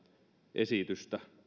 esitystä